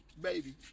baby